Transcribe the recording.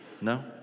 no